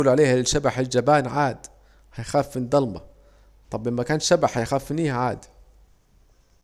هيجولوا عليه الشبح الجبان عاد، هيخاف في الضلمة، طب اماكانش شبح هيخاف من ايه عاد